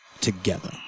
together